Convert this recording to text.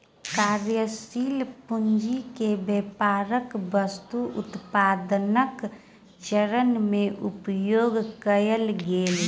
कार्यशील पूंजी के व्यापारक वस्तु उत्पादनक चरण में उपयोग कएल गेल